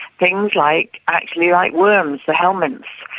things like actually like worms, the helminths,